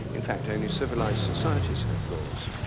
in fact, only civilised societies have laws.